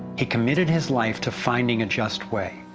he committed his life to finding a just way.